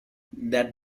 that